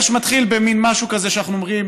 שמתחיל במין משהו כזה שאנחנו אומרים: